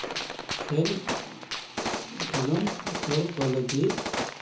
ᱠᱷᱮᱹᱞ ᱠᱷᱮᱞᱳᱰ ᱦᱚᱲ ᱠᱚ ᱞᱟᱹᱜᱤᱫ